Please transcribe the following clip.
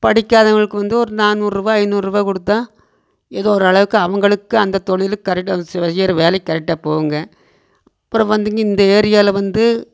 படிக்காதவங்களுக்கு வந்து ஒரு நானூறுரூவா ஐநூறுரூவா கொடுத்தா எதோ ஒரு அளவுக்கு அவங்களுக்கு அந்தத் தொழில் கரெட்டாக அவங்க செய்கிற வேலைக் கரெட்டாக போகுங்க அப்பறம் வந்துங்க இந்த ஏரியாவில் வந்து